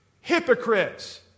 Hypocrites